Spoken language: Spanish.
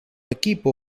equipo